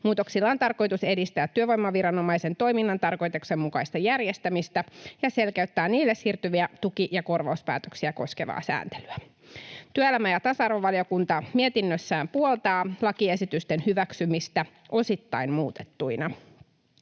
Muutoksilla on tarkoitus edistää työvoimaviranomaisen toiminnan tarkoituksenmukaista järjestämistä ja selkeyttää niille siirtyviä tuki- ja korvauspäätöksiä koskevaa sääntelyä. Työelämä- ja tasa-arvovaliokunta mietinnössään puoltaa lakiesitysten hyväksymistä osittain muutettuina.